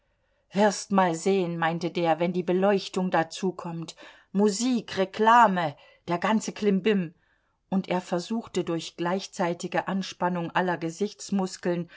wirst mal sehen meinte der wenn die beleuchtung dazu kommt musik reklame der ganze klimbim und er versuchte durch gleichzeitige anspannung aller gesichtsmuskeln